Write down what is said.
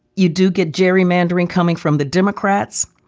you do get gerrymandering coming from the democrats,